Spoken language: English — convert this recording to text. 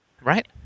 right